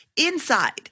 Inside